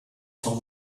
son